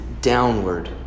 downward